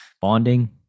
bonding